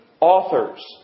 authors